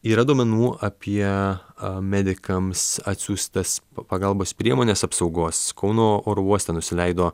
yra duomenų apie medikams atsiųstas pagalbos priemones apsaugos kauno oro uoste nusileido